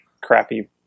crappy